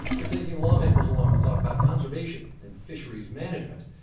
they're taking lawmakers along to talk about conservation and fisheries management.